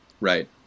Right